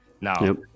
Now